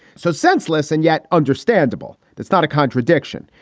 so senseless and yet understandable. that's not a contradiction.